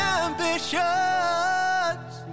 ambitions